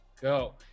go